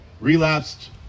relapsed